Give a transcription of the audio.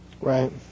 Right